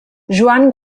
joan